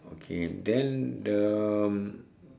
okay then the um